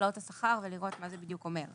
לטבלאות השכר ולראות מה זה בדיוק אומר.